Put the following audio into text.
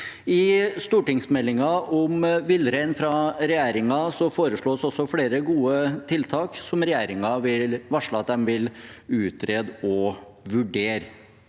I stortingsmeldingen om villreinen fra regjeringen foreslås flere gode tiltak som regjeringen varsler at de vil utrede og vurdere,